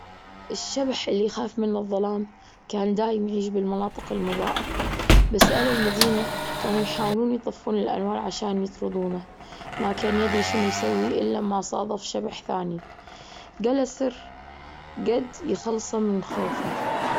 الشبح اللي يخاف من الظلام كان دايم يعيش بالمناطق المضاءة، بس أهل المدينة كانوا يحاولون يطفون الأنوار عشان يطردونه. ما كان يدري شنو يسوي إلا أما صادف شبح ثاني جاله سر جد يخلصه من خوفه.